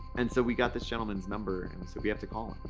and so we got this gentleman's number, and said we have to call